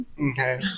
okay